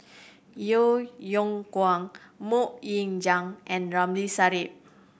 Yeo Yeow Kwang Mok Ying Jang and Ramli Sarip